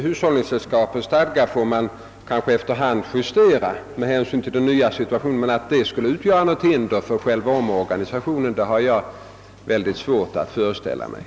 Hushållningssällskapens stadgar får väl justeras efter hand med hänsyn till den nya situationen. Jag har svårt att föreställa mig, att den saken skulle utgöra något hinder för själva omorganisationen.